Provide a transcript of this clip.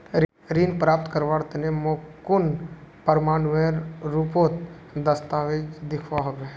ऋण प्राप्त करवार तने मोक कुन प्रमाणएर रुपोत दस्तावेज दिखवा होबे?